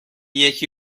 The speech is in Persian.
یکی